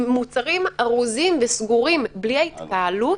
מוצרים ארוזים וסגורים בלי ההתקהלות,